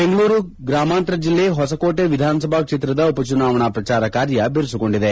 ಬೆಂಗಳೂರು ಗ್ರಾಮಾಂತರ ಬೆಲ್ಲೆ ಹೊಸಕೋಟೆ ವಿಧಾನಸಭಾ ಕ್ಷೇತ್ರದ ಉಪಚುನಾವಣಾ ಪ್ರಚಾರ ಕಾರ್ಯ ಬಿರುಸುಗೊಂಡಿದೆ